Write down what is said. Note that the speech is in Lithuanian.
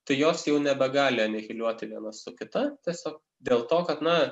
tai jos jau nebegali anihiliuoti viena su kita tiesiog dėl to kad na